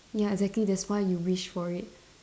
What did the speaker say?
ya exactly that's why you wish for it